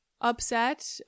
upset